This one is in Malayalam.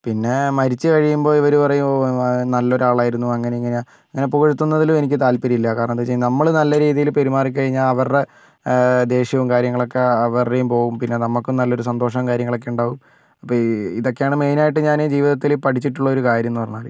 പിന്നെ മരിച്ച് കഴിയുമ്പോൾ ഇവർ പറയും നല്ലൊരാളായിരുന്നു അങ്ങനെ ഇങ്ങനെ അങ്ങനെ പുകഴ്ത്തുന്നതിലും എനിക്ക് താൽപ്പര്യമില്ല കാരണം എന്ന് വെച്ചുകഴിഞ്ഞാൽ നമ്മൾ നല്ലരിതിയിൽ പെരുമാറിക്കഴിഞ്ഞാൽ അവരുടെ ദേഷ്യോം കാര്യങ്ങളൊക്കെ അവരുടെയും പോകും പിന്നെ നമ്മക്കും നല്ലൊരു സന്തോഷോം കാര്യങ്ങളൊക്കെയുണ്ടാവും അപ്പോൾ ഇതൊക്കെയാണ് മെയിനായിട്ട് ഞാൻ ജീവിതത്തിൽ പഠിച്ചിട്ടുള്ളൊരു കര്യം എന്ന് പറഞ്ഞാൽ